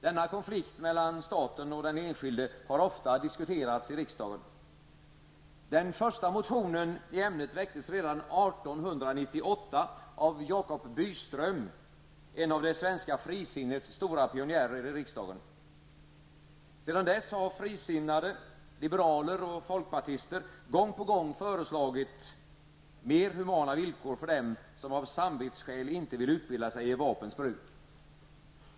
Denna konflikt mellan staten och den enskilde har ofta diskuterats i riksdagen. Den första motionen i ämnet väcktes redan 1898 av Jacob Byström -- en av det svenska frisinnets stora pionjärer i riksdagen. Sedan dess har frisinnade, liberaler och folkpartister gång på gång föreslagit mer humana villkor för dem som av samvetsskäl inte vill utbilda sig i vapens bruk.